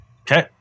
Okay